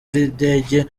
ry’indege